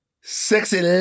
sexy